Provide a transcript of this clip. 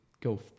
Go